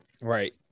Right